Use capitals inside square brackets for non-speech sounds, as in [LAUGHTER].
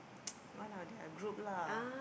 [NOISE] one of their group lah